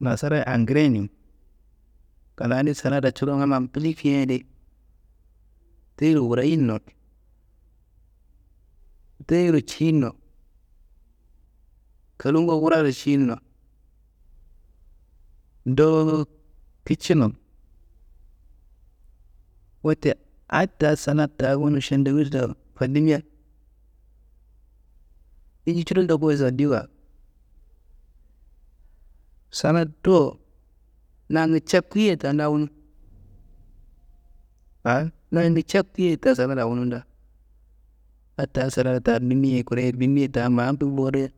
Nasarayi angirenji, klani salada coron kamma buri fiyeyadi deyero wurayinno, deyero ciyinno, kolungu wuraro ciyinno, dowo kicino. Wote adda salad da wunu šendiwuš doworo falima, inji coro n ndokuwa sandiwa. Salad do nangu ca kuyeya da na wunu. An nangu ca kuyeya da salada wunu da, adda salada da bimiye kure bimiye ta ma bumbo do,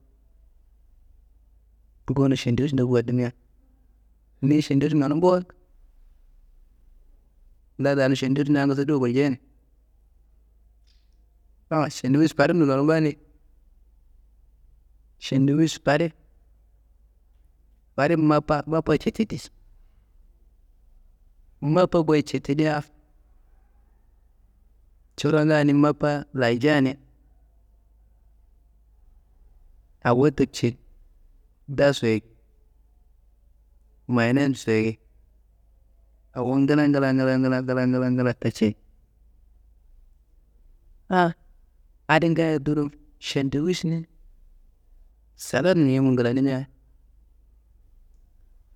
gono šendiwuš-n ndokuwa dima, niyi šendiwuš nonumbu, nda danu šendiwuš nangu soduwa gulnjen. An šendiwuš karngun nonumba ni, šendiwuš farin, farin mappa, mappa cetili, mappa goye cetiliya corongan ni mappa lanjani awo teceyi dasoyi, mayinosoyi awo ngla ngla ngla ngla ngla ngla ngla taceyi. An adi gaye dunum šendiwuš ni saladni yumu glanima.